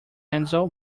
handel